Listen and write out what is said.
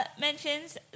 mentions